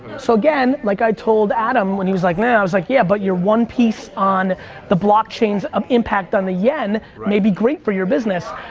so again, like i told adam when he was like meh, i was like yeah but you're one piece on the blockchains of impact on the yen may be great for your business.